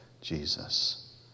Jesus